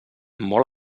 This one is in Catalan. molt